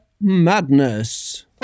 Madness